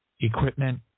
equipment